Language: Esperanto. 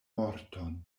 morton